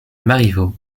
marivaux